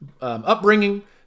upbringing